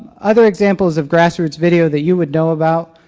other examples of grassroots video that you would know about.